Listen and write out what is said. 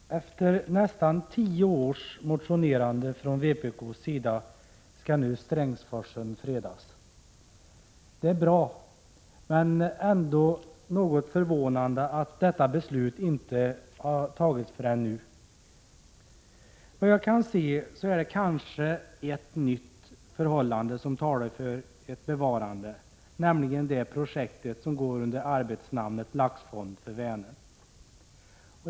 Herr talman! Efter nästan tio års motionerande från vpk:s sida skall nu Strängsforsen fredas. Det är bra, men det är ändå något förvånande att detta beslut inte har fattats förrän nu. Såvitt jag kan se är det kanske ett nytt förhållande som talar för ett bevarande, nämligen det projekt som går under arbetsnamnet Laxfond för Vänern.